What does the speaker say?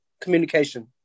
communication